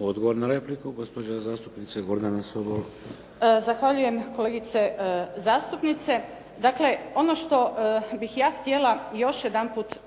Odgovor na repliku, gospođa zastupnica Gordana Sobol. **Sobol, Gordana (SDP)** Zahvaljujem kolegice zastupnice. Dakle, ono što bih ja htjela još jedanput